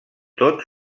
tot